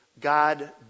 God